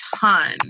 ton